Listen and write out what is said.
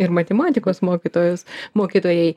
ir matematikos mokytojos mokytojai